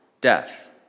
death